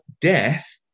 death